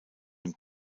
den